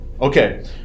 Okay